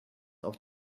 auf